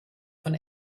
von